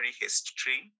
history